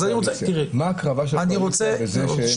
אז אני רוצה --- מה ההקרבה של הקואליציה בזה --- תראה,